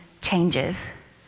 changes